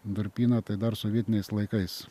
durpyną tai dar sovietiniais laikais